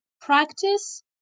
practice